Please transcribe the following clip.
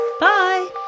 Bye